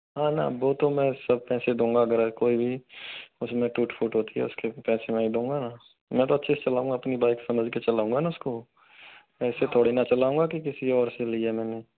हाँ ना वो तो मैं सब पैसे दूँगा अगर और कोई भी उसमें टूट फूट होती है उसके भी पैसे मैं ही दूँगा ना मैं तो अच्छे से चलाऊँगा अपनी बाइक समझ के चलाऊँगा ना उसको ऐसे थोड़े ना चलाऊंगा कि किसी और से ली है मैंने